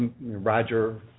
Roger